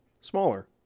smaller